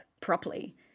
properly